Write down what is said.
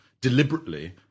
deliberately